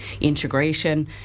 integration